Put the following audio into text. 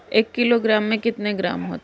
एक किलोग्राम में कितने ग्राम होते हैं?